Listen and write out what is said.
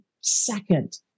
second